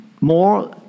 more